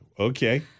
okay